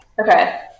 Okay